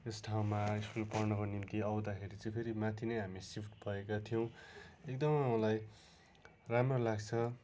यस ठाउँमा स्कुल पढ्नको निम्ति आउँदाखेरि चाहिँ फेरि माथि नै हामी सिफ्ट भएका थियौँ एकदम मलाई राम्रो लाग्छ